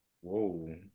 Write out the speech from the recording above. Whoa